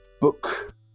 book